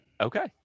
Okay